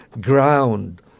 ground